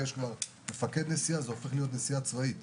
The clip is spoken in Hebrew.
יש שם מפקד נסיעה והיא הופכת להיות נסיעה צבאית